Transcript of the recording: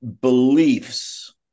beliefs